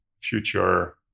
future